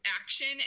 action